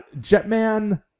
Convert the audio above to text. Jetman